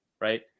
right